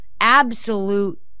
absolute